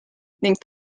ning